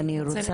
ואני רוצה